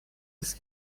است